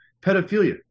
Pedophilia